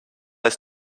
ist